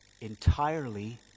entirely